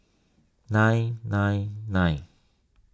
nine nine nine